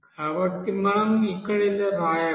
కాబట్టి మనం ఇక్కడ ఇలా వ్రాయవచ్చు